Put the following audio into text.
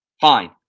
fine